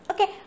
Okay